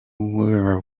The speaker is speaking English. were